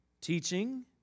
Teaching